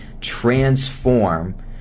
transform